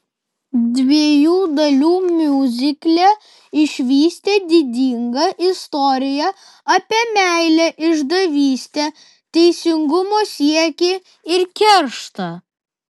dviejų dalių miuzikle išvysite didingą istoriją apie meilę išdavystę teisingumo siekį ir kerštą